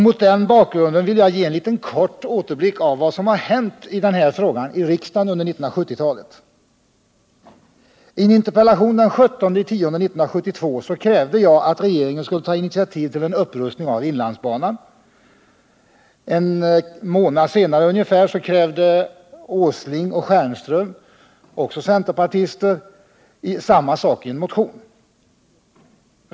Mot den bakgrunden vill jag göra en kort återblick över vad som har hänt i den här frågan i riksdagen under 1970-talet. I en interpellation den 17 oktober 1972 krävde jag att regeringen skulle ta initiativ till en upprustning av inlandsbanan. En månad senare ungefär krävde Nils Åsling och Per Stjernström, också centerpartister, samma sak i en motion.